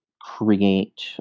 create